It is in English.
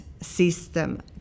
system